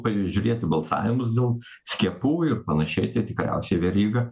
prižiūrėti balsavimus dėl skiepų ir panašiai tai tikriausiai veryga